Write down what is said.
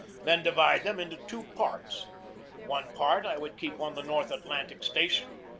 then divide them into two parts one part i would keep on the north atlantic station,